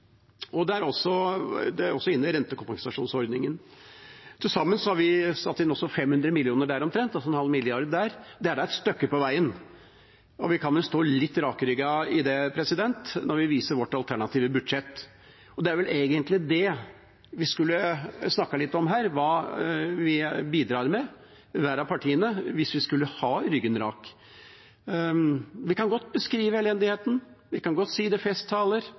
det er også inne i rentekompensasjonsordningen. Til sammen har vi satt inn omtrent 500 mill. kr der, altså en halv milliard. Det er da et stykke på veien, og vi kan stå litt rakrygget når vi viser til vårt alternative budsjett. Og det er vel egentlig det vi skulle snakket litt om her – hva vi bidrar med, hvert av partiene – hvis vi skulle hatt ryggen rak. Vi kan godt beskrive elendigheten, vi kan godt si det i festtaler